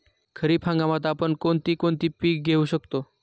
खरीप हंगामात आपण कोणती कोणती पीक घेऊ शकतो?